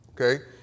okay